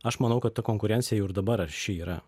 aš manau kad ta konkurencija jau ir dabar arši yra